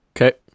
Okay